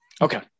okay